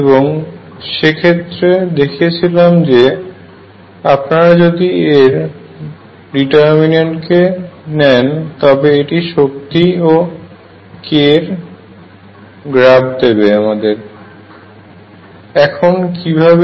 এবং সেক্ষেত্রে দেখিয়েছিলাম যে আপনারা যদি এর ডিটারমিন্যান্ট নেন তবে এটি শক্তি ও k এর গ্রাফ আমাদের দেবে